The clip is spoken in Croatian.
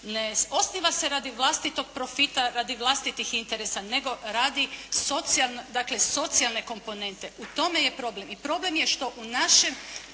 ne osniva se radi vlastitog profita, radi vlastitih interesa, nego radi socijalne, dakle socijalne komponente. U tome je problem. I problem je što u našem